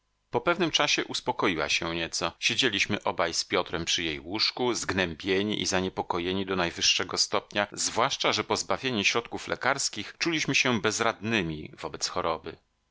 po pewnym czasie uspokoiła się nieco siedzieliśmy obaj z piotrem przy jej łóżku zgnębieni i zaniepokojeni do najwyższego stopnia zwłaszcza że pozbawieni środków lekarskich czuliśmy się bezradnymi wobec choroby